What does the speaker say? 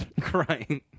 crying